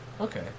Okay